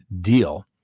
deal